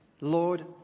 Lord